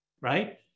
right